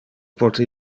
pote